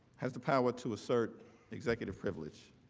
has the power to assert executive privilege.